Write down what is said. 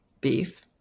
beef